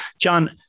John